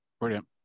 Brilliant